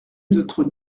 notre